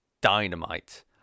Dynamite